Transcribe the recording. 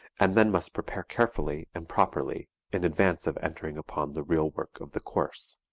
and then must prepare carefully and properly in advance of entering upon the real work of the course.